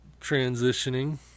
transitioning